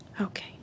Okay